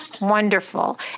wonderful